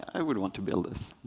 and would want to build this.